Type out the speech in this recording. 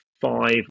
five